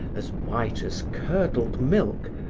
as white as curdled milk,